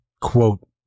quote